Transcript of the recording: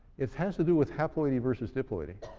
it has to do with haploidy versus diploidy.